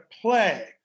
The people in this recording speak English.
play